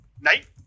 Night